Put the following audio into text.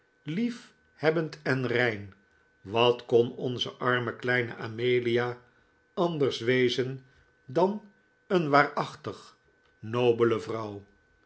liefhebbend en rein wat kon onze arme kleine amelia anders wezen dan een waarachtig nobele vrouw